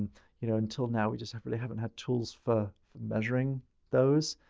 and you know, until now we just have really haven't had tools for measuring those.